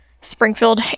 Springfield